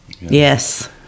Yes